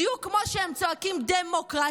בדיוק כמו שהם צועקים דמוקרטיה,